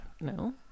No